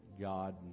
God